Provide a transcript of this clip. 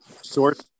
Source